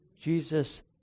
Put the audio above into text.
Jesus